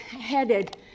headed